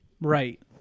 Right